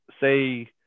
say